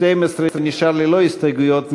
נשאר ללא הסתייגויות,